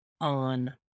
on